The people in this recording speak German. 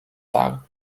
dar